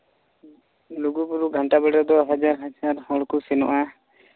ᱞᱩᱜᱩᱼᱵᱩᱨᱩ ᱜᱷᱟᱱᱴᱟ ᱵᱟᱲᱮ ᱨᱮᱫᱚ ᱦᱟᱡᱟᱨ ᱦᱟᱡᱟᱨ ᱦᱚᱲ ᱠᱚ ᱥᱮᱱᱚᱜᱼᱟ